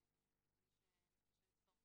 למי שמתקשה לספור,